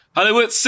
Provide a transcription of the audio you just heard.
Hollywood